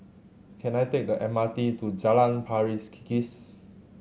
can I take the M R T to Jalan Pari Kikis